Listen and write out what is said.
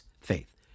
faith